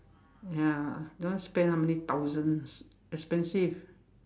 ya don't know spend how many thousands expensive